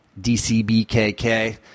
DCBKK